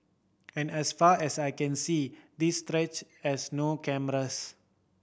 and as far as I can see this stretch has no cameras